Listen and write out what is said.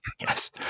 yes